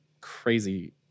crazy